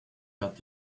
got